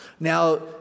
Now